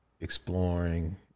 exploring